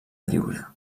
lliure